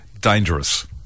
dangerous